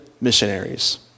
missionaries